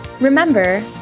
Remember